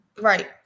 right